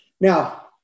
Now